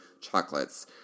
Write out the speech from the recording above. chocolates